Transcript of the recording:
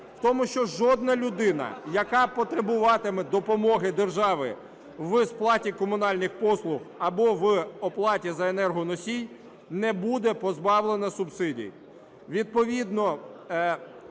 в тому, що жодна людина, яка потребуватиме допомоги держави в сплаті комунальних послуг або оплаті за енергоносій, не буде позбавлена субсидій. Відповідно